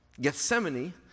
Gethsemane